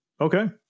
Okay